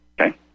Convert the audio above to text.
Okay